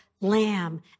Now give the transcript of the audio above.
lamb